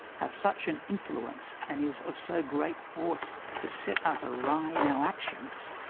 have such an influence and is of so great force to set us awry in our actions,